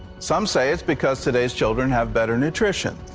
some say it's because today's children have better nutrition,